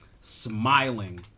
smiling